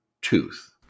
tooth